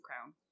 crown